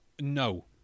No